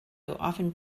often